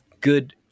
good